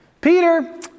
Peter